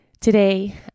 Today